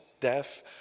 deaf